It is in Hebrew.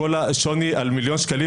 כל השוני על מיליון שקלים,